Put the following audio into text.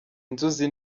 inzuzi